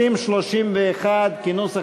30 ו-31 כנוסח